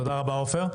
תודה רבה, עופר.